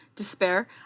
Despair